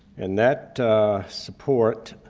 and that support